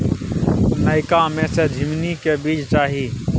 नयका में से झीमनी के बीज चाही?